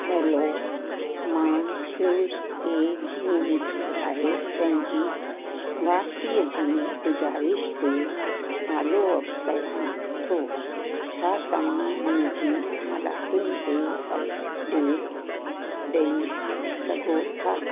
hello मां क्यूस ते जींस लाइ पंहिंजी वापसीअ जी गुज़ारिश ते फॉलोअप कयां थो छा तव्हां हुन जी हालातुनि ते अपडेट ॾेई सघो था